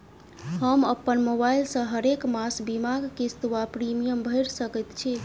हम अप्पन मोबाइल सँ हरेक मास बीमाक किस्त वा प्रिमियम भैर सकैत छी?